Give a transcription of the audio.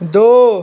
दो